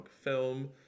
film